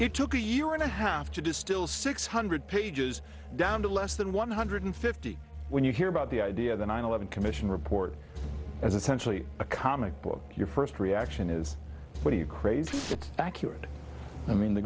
it took a year and a half to distill six hundred pages down to less than one hundred fifty when you hear about the idea of the nine eleven commission report as essentially a comic book your first reaction is what are you crazy thank you and i mean the